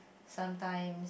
sometime